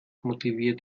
motiviert